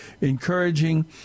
encouraging